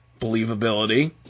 believability